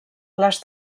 les